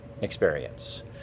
experience